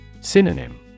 Synonym